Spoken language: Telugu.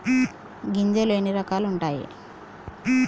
గింజలు ఎన్ని రకాలు ఉంటాయి?